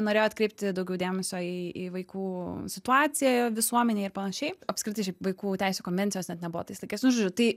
norėjo atkreipti daugiau dėmesio į į vaikų situaciją visuomenėj ir panašiai apskritai šiaip vaikų teisių konvencijos net nebuvo tais laikais nu žodžiu tai